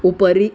उपरि